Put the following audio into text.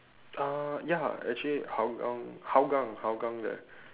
uh ya actually hougang hougang hougang there